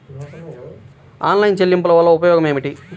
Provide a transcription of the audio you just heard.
Online చెల్లింపుల వల్ల ఉపయోగమేమిటీ?